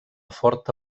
forta